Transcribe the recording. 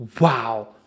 Wow